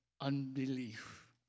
unbelief